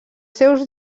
seus